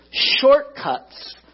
shortcuts